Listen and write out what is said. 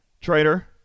Trader